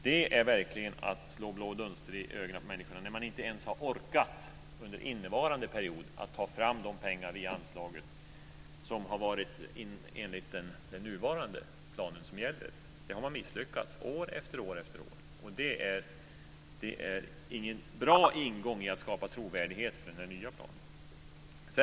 Det är verkligen att slå blå dunster i ögonen på människor, när man inte ens under innevarande period har orkat ta fram de pengar vi anslagit i den plan som gäller. Det har man misslyckats med år efter år. Det är ingen bra ingång när det gäller att skapa trovärdighet för den nya planen.